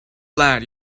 lad